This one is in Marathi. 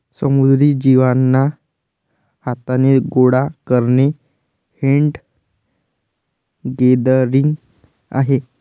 समुद्री जीवांना हाथाने गोडा करणे हैंड गैदरिंग आहे